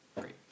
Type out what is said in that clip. Great